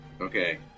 okay